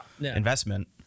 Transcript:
investment